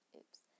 oops